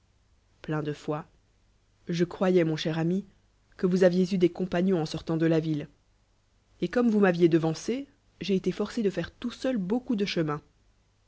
plei de foi je croyoi mon cher a mi que vous aviez eu des dl pagnons en sortant de la ville et comme vous m'aviez devancé j'ai été forcé de faire tont seulbeaucoop de chemin